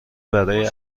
برای